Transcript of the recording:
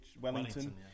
Wellington